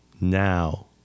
Now